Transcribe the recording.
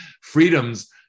freedoms